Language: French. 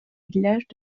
villages